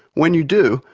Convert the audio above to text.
when you do,